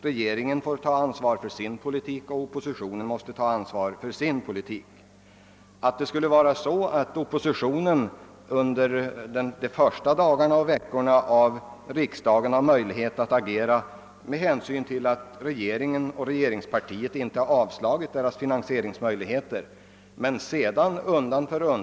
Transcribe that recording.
Regeringen får ta ansvaret för sin politik och oppositionen för sin. Menar fru Ekendahl att under de första dagarna och veckorna av riksdagen har oppositionen möjlighet att agera, därför att regeringen och regeringspartiet då ännu inte har hunnit säga nej till oppositionens förslag och finansieringsmöjligheterna för dem?